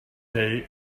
day